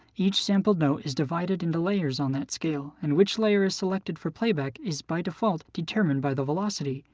each sampled note is divided into layers on that scale, and which layer is selected for playback is by default determined by the velocity.